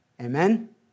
Amen